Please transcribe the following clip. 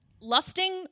lusting